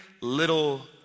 little